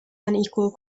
unequal